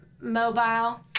mobile